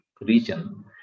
region